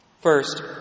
First